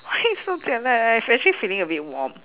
why you so jialat ah I actually feeling a bit warm